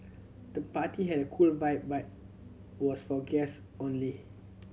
the party had a cool vibe but was for guess only